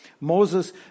Moses